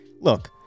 Look